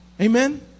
Amen